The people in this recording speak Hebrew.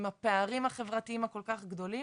עם הפערים החברתיים הכל כך גדולים.